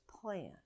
plan